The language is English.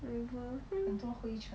whatever hmm